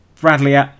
Bradley